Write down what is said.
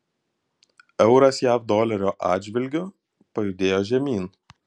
euras jav dolerio atžvilgiu pajudėjo žemyn